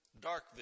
dark